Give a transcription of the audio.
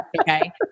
Okay